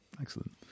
Excellent